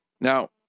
Now